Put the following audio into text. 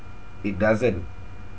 it doesn't